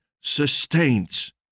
sustains